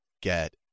get